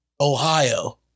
Ohio